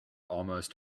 almost